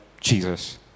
Jesus